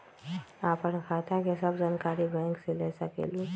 आपन खाता के सब जानकारी बैंक से ले सकेलु?